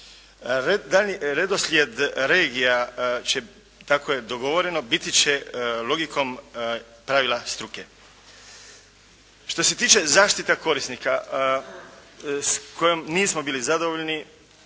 redoslijed regija će, tako je dogovoreno, biti će, logikom pravila struke. Što se tiče zaštita korisnika s kojom nismo bili zadovoljni